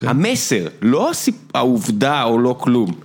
המסר, לא הסיפ... העובדה או לא כלום.